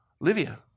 Livia